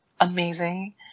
amazing